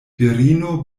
virino